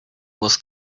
was